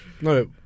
No